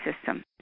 system